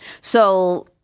So-